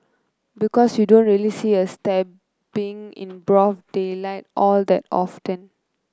because you don't really see a stabbing in broad daylight all that often